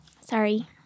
Sorry